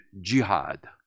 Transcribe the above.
jihad